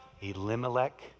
elimelech